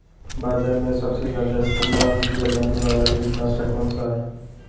बाज़ार में सबसे ज़्यादा इस्तेमाल किया जाने वाला कीटनाशक कौनसा है?